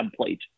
template